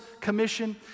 commission